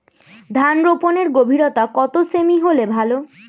ধান রোপনের গভীরতা কত সেমি হলে ভালো?